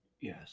Yes